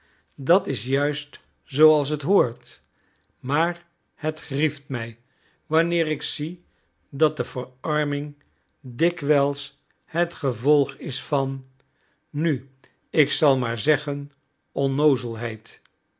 dat is juist zooals het behoort maar het grieft mij wanneer ik zie dat de verarming dikwijls het gevolg is van nu ik zal maar zeggen